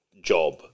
job